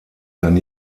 kann